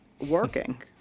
working